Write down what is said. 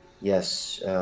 yes